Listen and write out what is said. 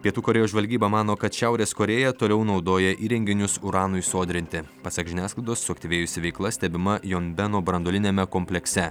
pietų korėjos žvalgyba mano kad šiaurės korėja toliau naudoja įrenginius uranui sodrinti pasak žiniasklaidos suaktyvėjusi veikla stebima jon beno branduoliniame komplekse